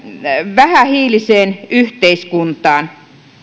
vähähiiliseen yhteiskuntaan